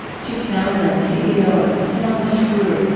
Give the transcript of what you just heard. she's founder and ceo of sounds true,